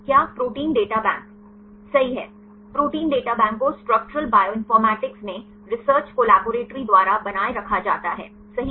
क्या protein data bank सही है प्रोटीन डाटा बैंक को स्ट्रक्चरल बायोइनफॉरमैटिक्स में रिसर्च कोलैबोरेट्री द्वारा बनाए रखा जाता है सही